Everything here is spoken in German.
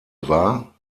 war